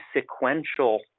sequential